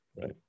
right